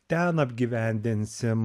ten apgyvendinsim